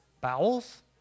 Bowels